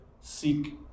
seek